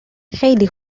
خیلی